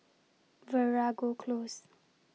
Veeragoo Close